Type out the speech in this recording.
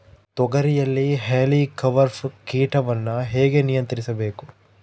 ತೋಗರಿಯಲ್ಲಿ ಹೇಲಿಕವರ್ಪ ಕೇಟವನ್ನು ಹೇಗೆ ನಿಯಂತ್ರಿಸಬೇಕು?